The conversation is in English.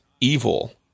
evil